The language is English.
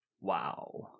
Wow